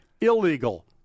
illegal